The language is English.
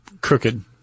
crooked